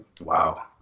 wow